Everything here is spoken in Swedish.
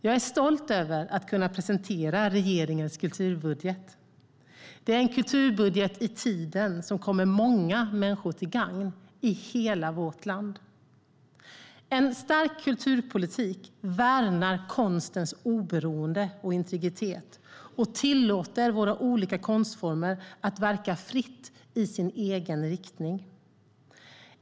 Jag är stolt över att kunna presentera regeringens kulturbudget. Det är en kulturbudget i tiden som kommer att gagna många människor i hela vårt land. En stark kulturpolitik värnar konstens oberoende och integritet och tillåter våra olika konstformer att verka fritt i sin egen riktning.